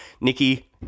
Nikki